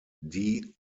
die